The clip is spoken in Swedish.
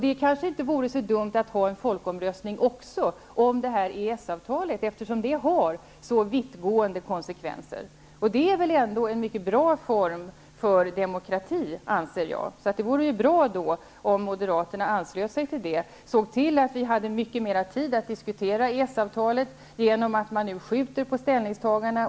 Det kanske inte vore så dumt att ha en folkomröstning också om EES-avtalet, eftersom det har så vitt gående konsekvenser. Det är väl en mycket bra form för demokrati. Det skulle vara bra om moderaterna anslöt sig till det förslaget och såg till att vi fick mycket mer tid att diskutera EES avtalet, genom att skjuta på ställningstaganden.